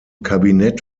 kabinett